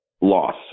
loss